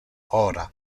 ora